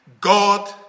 God